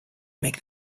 make